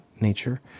nature